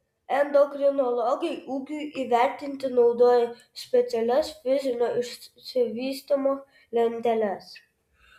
endokrinologai ūgiui įvertinti naudoja specialias fizinio išsivystymo lenteles